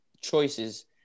choices